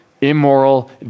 immoral